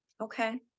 Okay